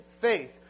faith